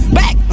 back